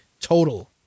total